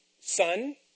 Sun